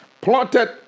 plotted